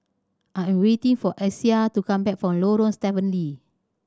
I am waiting for Isaiah to come back from Lorong Stephen Lee